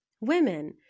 women